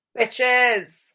bitches